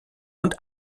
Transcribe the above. und